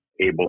able